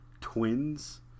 twins